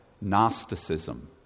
Gnosticism